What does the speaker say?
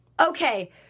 okay